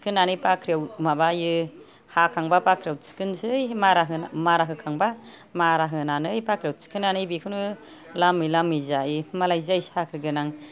थिखोनानै बाख्रिआव माबायो हाखांबा बाख्रियाव थिखोनोसै मारा होना मारा होखांबा मारा होनानै बाख्रिआव थिखोनानै बेखौनो लामै लामै जायो मालाय जाय साख्रि गोनां